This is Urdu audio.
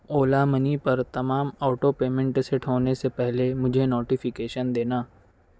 اولا منی پر تمام آٹو پیمنٹ سیٹ ہونے سے پہلے مجھے نوٹیفیکیشن دینا